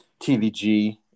TVG